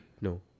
No